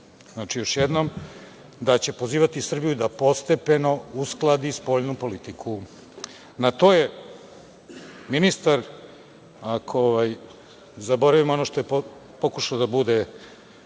znači, još jednom, da će pozivati Srbiju da postepeno uskladi spoljnu politiku. Na to je ministar, ako zaboravimo ono što je pokušao da bude